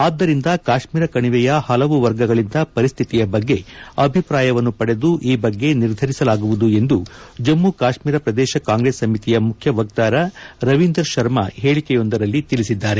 ಆದ್ದರಿಂದ ಕಾಶ್ಮೀರ ಕಣಿವೆಯ ಹಲವು ವರ್ಗಗಳಿಂದ ಪರಿಸ್ಟಿತಿಯ ಬಗ್ಗೆ ಅಭಿಪ್ರಾಯವನ್ನು ಪಡೆದು ಈ ಬಗ್ಗೆ ನಿರ್ಧರಿಸಲಾಗುವುದು ಎಂದು ಜಮ್ನು ಕಾಶ್ನೀರ ಪ್ರದೇಶ ಕಾಂಗ್ರೆಸ್ ಸಮಿತಿಯ ಮುಖ್ಯ ವಕ್ತಾರ ರವೀಂದರ್ ಶರ್ಮ ಹೇಳಿಕೆಯೊಂದರಲ್ಲಿ ತಿಳಿಸಿದ್ದಾರೆ